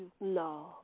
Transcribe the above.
No